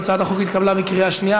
הצעת החוק התקבלה בקריאה שנייה.